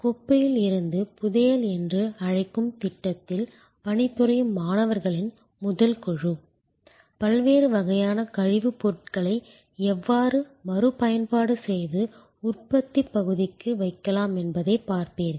குப்பையில் இருந்து புதையல் என்று அழைக்கும் திட்டத்தில் பணிபுரியும் மாணவர்களின் முதல் குழு பல்வேறு வகையான கழிவுப்பொருட்களை எவ்வாறு மறுபயன்பாடு செய்து உற்பத்திப் பகுதிக்கு வைக்கலாம் என்பதைப் பார்ப்பீர்கள்